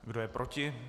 Kdo je proti?